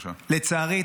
לצערי,